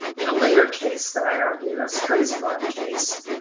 in a later case that i argued a securities fraud case